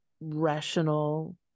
rational